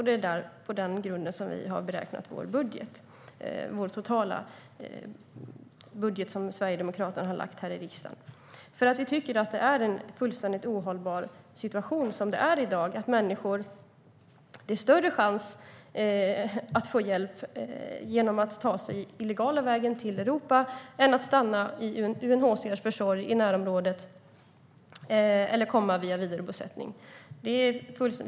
Det är på den grunden vi har beräknat den totala budget som vi har lagt fram här i riksdagen. Vi tycker att det är en fullständigt ohållbar situation i dag, när människor har större chans att få hjälp genom att ta sig den illegala vägen till Europa än genom att stanna i UNHCR:s försorg i närområdet eller komma via vidarebosättning.